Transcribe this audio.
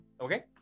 okay